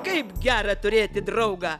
kaip gera turėti draugą